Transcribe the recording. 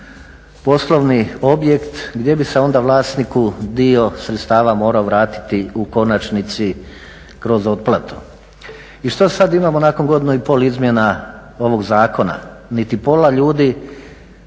poslovni objekt gdje bi se onda vlasniku dio sredstava morao vratiti u konačnici kroz otplatu. I što sad imamo nakon godinu i pol izmjena ovog zakona? Niti pola ljudi